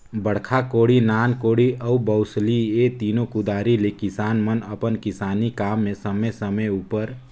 बड़खा कोड़ी, नान कोड़ी अउ बउसली ए तीनो कुदारी ले किसान मन अपन किसानी काम मे समे समे उपर